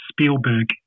Spielberg